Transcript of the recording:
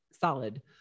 solid